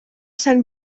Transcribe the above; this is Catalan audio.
sant